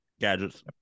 gadgets